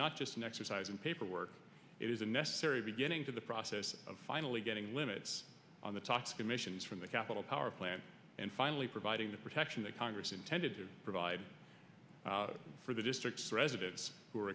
not just an exercise in paperwork it is a necessary beginning to the process of finally getting limits on the talks commissions from the capital power plant and finally providing the protection that congress intended to provide for the district residents who are